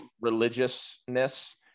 religiousness